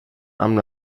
amb